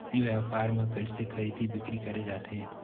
ई व्यापार म कइसे खरीदी बिक्री करे जाथे?